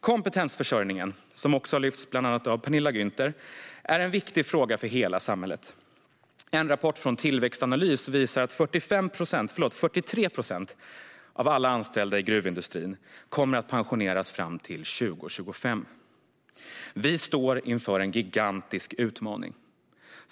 Kompetensförsörjningen, som har lyfts av bland annat Penilla Gunther, är en viktig fråga för hela samhället. En rapport från Tillväxtanalys visar att 43 procent av alla anställda inom gruvindustrin kommer att pensioneras fram till 2025. Vi står inför en gigantisk utmaning.